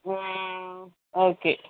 ம்ம் okay